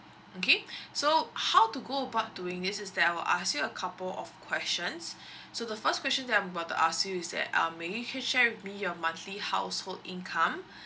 okay so how to go about doing this is that I'll ask you a couple of questions so the first question that I'm about to ask you is that um may you can share with me your monthly household income